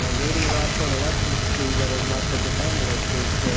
ah waiting around for an election to see whether or not they can handle it is,